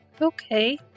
Okay